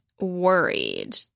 worried